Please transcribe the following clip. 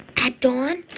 at dawn?